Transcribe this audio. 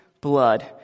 blood